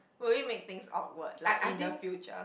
will it make things awkward like in the future